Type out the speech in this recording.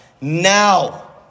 Now